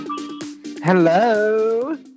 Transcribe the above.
Hello